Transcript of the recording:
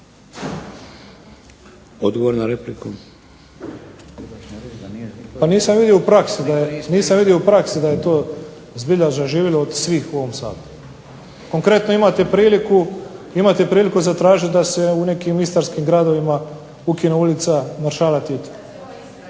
Frano (HDZ)** Pa nisam vidio u praksi da je to zbilja zaživilo od svih u ovom Saboru. Konkretno, imate priliku zatražiti da se u nekim istarskim gradovima ukine ulica Maršala Tita.